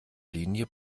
linie